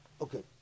okay